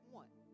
one